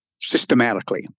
systematically